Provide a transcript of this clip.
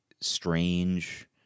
strange